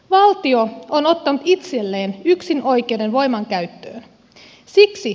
valtio on ottanut itselleen yksinoikeuden voimankäyttöön